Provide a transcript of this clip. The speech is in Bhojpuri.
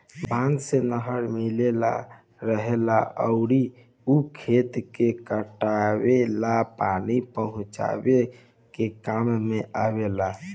बांध से नहर मिलल रहेला अउर उ खेते के पटावे ला पानी पहुचावे के काम में आवेला